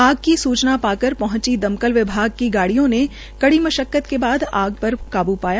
आग की सूचना पाकर पहुंची दमकल विभाग की गाड़ियों ने कड़ी मशक्कत के बाद आग पर काबू पाया